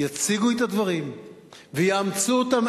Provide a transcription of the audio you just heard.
יציגו את הדברים ויאמצו אותם.